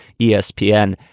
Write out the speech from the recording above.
espn